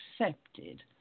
accepted